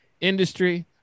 industry